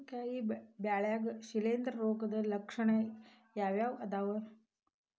ಮೆಣಸಿನಕಾಯಿ ಬೆಳ್ಯಾಗ್ ಶಿಲೇಂಧ್ರ ರೋಗದ ಲಕ್ಷಣ ಯಾವ್ಯಾವ್ ಅದಾವ್?